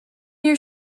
your